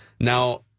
Now